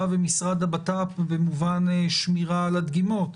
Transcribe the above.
ומשרד הבט"פ במובן שמירה על הדגימות,